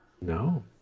No